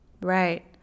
Right